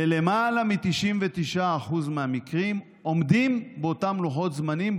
בלמעלה מ-99% מהמקרים עומדים באותם לוחות זמנים,